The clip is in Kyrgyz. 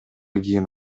кийин